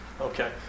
Okay